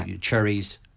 Cherries